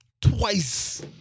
Twice